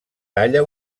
talla